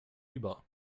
über